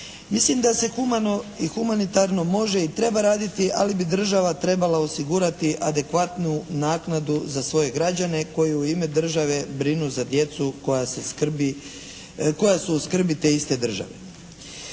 Mislim da se humano i humanitarno može i treba raditi ali bi država trebala osigurati adekvatnu naknadu za svoje građane koji u ime države brinu za djecu koja su na skrbi te iste države.